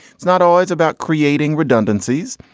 it's not always about creating redundancies.